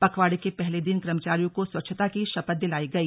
पखवाड़े के पहले दिन कर्मचारियों को स्वच्छता की शपथ दिलाई गई